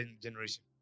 generation